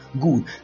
good